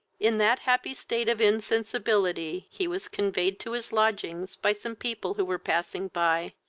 in that happy state of insensibility he was conveyed to his lodgings by some people who were passing by,